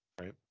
right